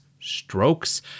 strokes